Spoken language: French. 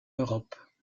europe